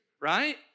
right